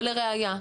לראיה,